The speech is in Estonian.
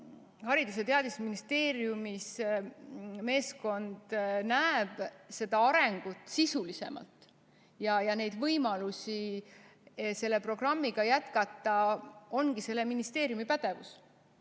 Haridus- ja Teadusministeeriumis meeskond näeb seda arengut sisulisemalt ja võimalusi selle programmiga jätkata, ongi selle ministeeriumi